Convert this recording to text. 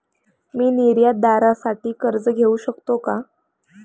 मी निर्यातदारासाठी कर्ज घेऊ शकतो का?